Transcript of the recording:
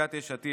סיעת יש עתיד,